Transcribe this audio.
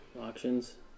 auctions